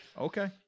Okay